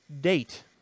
date